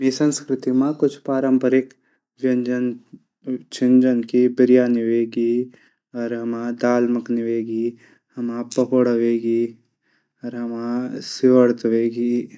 हमरी सस्कृति मा कुछ पारम्परिक व्यजन छन जनकि विरयानी वेगे दाल मखनी वेगे हमर पक्वडा वेगे हमरू शिवरू वेगे।